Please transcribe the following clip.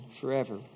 forever